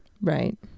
Right